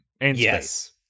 Yes